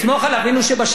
אני משבח אותו על זה.